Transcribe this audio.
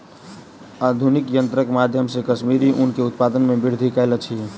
आधुनिक यंत्रक माध्यम से कश्मीरी ऊन के उत्पादन में वृद्धि आयल अछि